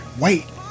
wait